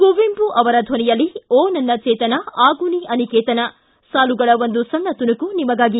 ಕುವೆಂಪು ಅವರ ಧ್ವನಿಯಲ್ಲಿ ಓ ನನ್ನ ಚೇತನ ಆಗು ನೀ ಅನಿಕೇತನ ಸಾಲುಗಳ ಒಂದು ಸಣ್ಣ ತುಣುಕು ನಿಮಗಾಗಿ